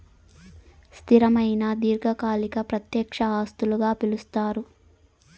స్థిరమైన దీర్ఘకాలిక ప్రత్యక్ష ఆస్తులుగా పిలుస్తారు